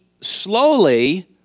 slowly